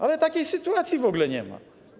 Ale takiej sytuacji w ogóle nie ma.